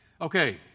Okay